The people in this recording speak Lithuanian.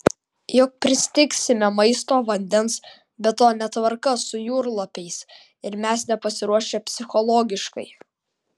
juk pristigsime maisto vandens be to netvarka su jūrlapiais ir mes nepasiruošę psichologiškai